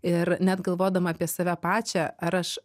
ir net galvodama apie save pačią ar aš